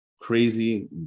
crazy